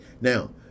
now